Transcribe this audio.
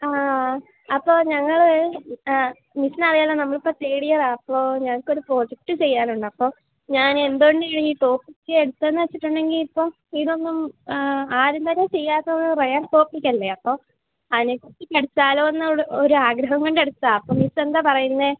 ആ അപ്പോൾ ഞങ്ങൾ ആ മിസ്സിനറിയാമല്ലോ നമ്മളിപ്പം തേഡ് ഇയറാ അപ്പോൾ ഞങ്ങൾക്കൊരു പ്രൊജക്ട് ചെയ്യാനുണ്ട് അപ്പം ഞാൻ എന്തുകൊണ്ട് ഈ ടോപ്പിക്ക് എടുത്തത് എന്ന് വെച്ചിട്ടുണ്ടെങ്കിൽ ഇപ്പോൾ ഇതൊന്നും ആരുംതന്നെ ചെയ്യാത്ത ഒരു റെയര് ടോപ്പിക്കല്ലേ അപ്പോൾ അതിനെ കുറിച്ച് പഠിച്ചാലോ എന്നുള്ള ഒരു ആഗ്രഹം കൊണ്ടെടുത്തതാ അപ്പം മിസ്സ് എന്താ പറയുന്നത്